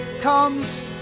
comes